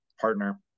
partner